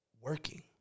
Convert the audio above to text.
working